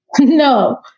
No